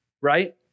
right